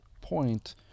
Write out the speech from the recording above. point